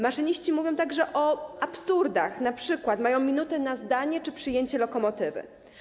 Maszyniści mówią także o absurdach, np. mają minutę na zdanie czy przyjęcie lokomotywy.